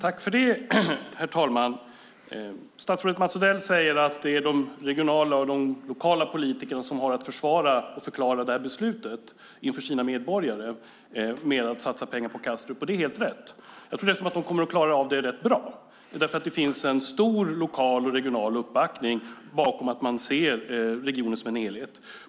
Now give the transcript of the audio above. Herr talman! Statsrådet Mats Odell säger att det är de lokala och regionala politikerna som inför sina medborgare har att försvara beslutet att satsa pengar på Kastrup. Det är helt rätt, och jag tror att de kommer att klara det rätt bra. Det finns nämligen en stor lokal och regional uppbackning för att se regionen som en enhet.